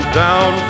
down